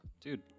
Dude